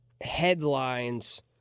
headlines